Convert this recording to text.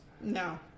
No